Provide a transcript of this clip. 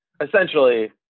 essentially